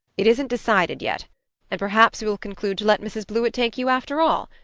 it isn't decided yet and perhaps we will conclude to let mrs. blewett take you after all.